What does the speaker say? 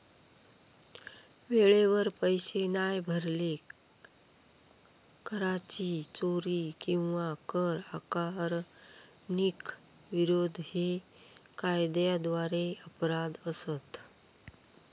वेळेवर पैशे नाय भरले, कराची चोरी किंवा कर आकारणीक विरोध हे कायद्याद्वारे अपराध असत